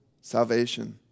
salvation